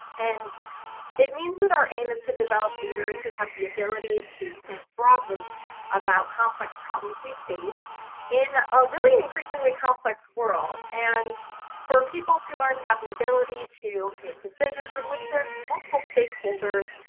and it means that our aim is to develop leaders who have the ability to think broadly about complex problems we face in ah an increasingly complex world, and for people to learn to have the ability to make decisions in which there's multiple stakeholders,